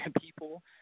people